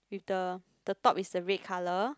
with the the top is the red color